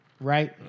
Right